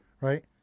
right